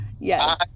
Yes